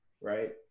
right